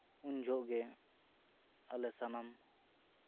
ᱩᱱ ᱡᱚᱦᱚᱜ ᱜᱮ ᱟᱞᱮ ᱥᱟᱱᱟᱢ